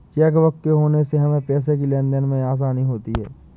chequebook के होने से हमें पैसों की लेनदेन में आसानी होती हैँ